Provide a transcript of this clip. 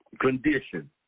Condition